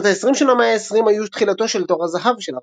שנות ה-20 של המאה ה-20 היו תחילתו של תור הזהב של הרדיו,